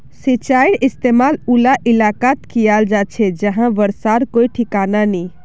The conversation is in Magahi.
सिंचाईर इस्तेमाल उला इलाकात कियाल जा छे जहां बर्षार कोई ठिकाना नी